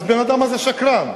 אז הבן-אדם הזה שקרן.